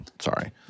sorry